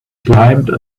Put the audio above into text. climbed